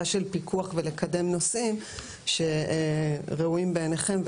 של פיקוח ולקדם נושאים שראויים בעיניכם.